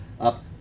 up